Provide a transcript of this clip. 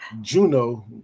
Juno